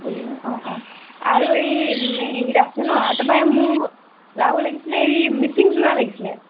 অঁ অঁ আৰু এই এইকিটা আছে ন তাৰ পৰা মোৰ আৰু লাগিছিলে এই মিচিং যোৰা লাগিছিলে